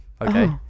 okay